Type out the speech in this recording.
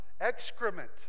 excrement